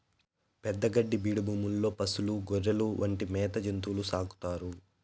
పెద్ద గడ్డి బీడు భూముల్లో పసులు, గొర్రెలు వంటి మేత జంతువులను సాకుతారు